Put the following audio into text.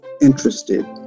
interested